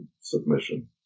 submission